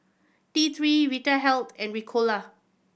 T Three Vitahealth and Ricola